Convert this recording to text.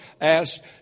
asked